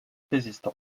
résistant